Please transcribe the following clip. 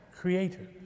Creator